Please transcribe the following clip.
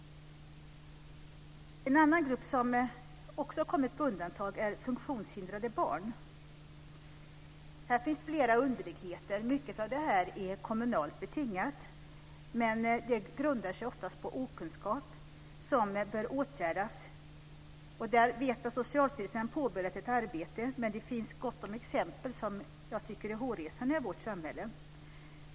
En annan grupp som också har kommit på undantag är funktionshindrade barn. Här finns flera underligheter. Mycket av det är kommunalt betingat. Det grundar sig ofta på okunskap som bör åtgärdas. Där vet vi att Socialstyrelsen har påbörjat ett arbete. Men det finns gott om exempel i vårt samhälle som jag tycker är hårresande.